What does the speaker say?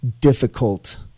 difficult